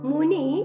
Muni